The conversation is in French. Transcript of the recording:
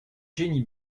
jennie